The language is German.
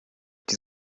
die